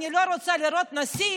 אני לא רוצה לראות נשיא